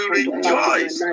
rejoice